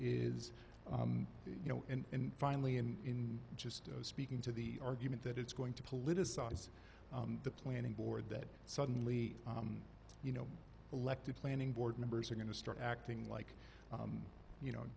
is you know and finally in just speaking to the argument that it's going to politicize the planning board that suddenly you know elected planning board members are going to start acting like you know